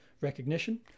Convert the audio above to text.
recognition